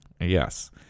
Yes